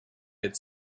had